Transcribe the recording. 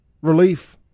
relief